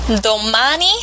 Domani